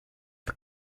the